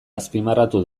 azpimarratu